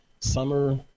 Summer